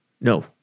No